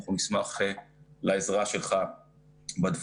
אנחנו נשמח לעזרה שלך בדברים.